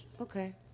Okay